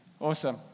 Awesome